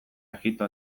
egipto